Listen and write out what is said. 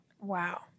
Wow